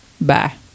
bye